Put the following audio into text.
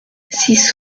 six